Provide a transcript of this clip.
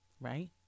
right